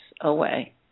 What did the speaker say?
away